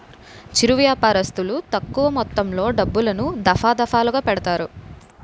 చిరు వ్యాపారస్తులు తక్కువ మొత్తంలో డబ్బులను, దఫాదఫాలుగా పెడతారు